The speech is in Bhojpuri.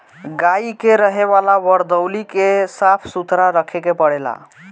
गाई के रहे वाला वरदौली के साफ़ सुथरा रखे के पड़ेला